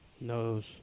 Knows